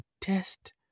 test